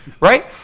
right